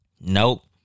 Nope